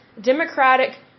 Democratic